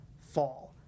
fall